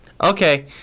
Okay